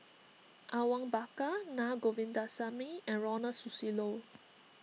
Awang Bakar Naa Govindasamy and Ronald Susilo